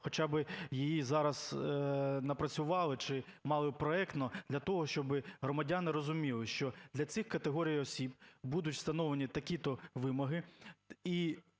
хоча би її зараз напрацювали чи мали проектно, для того щоби громадяни розуміли, що для цих категорій осіб будуть встановлені такі-то вимоги і